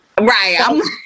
right